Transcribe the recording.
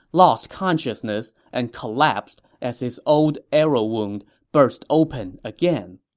lost consciousness, and collapsed as his old arrow wound burst open again.